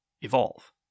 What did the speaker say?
evolve